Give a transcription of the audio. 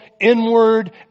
inward